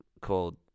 called